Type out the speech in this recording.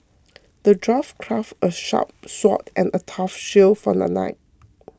the dwarf crafted a sharp sword and a tough shield for the knight